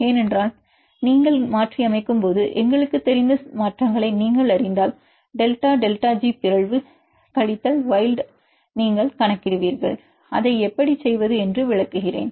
ஏனென்றால் நீங்கள் மாற்றியமைக்கும் போது எங்களுக்குத் தெரிந்த மாற்றங்களை நீங்கள் அறிந்தால் டெல்டா டெல்டா ஜிபிறழ்வு கழித்தல் வைல்ட் நீங்கள் கணக்கிடுவீர்கள் அதை எப்படி செய்வது என்று விளக்குகிறேன்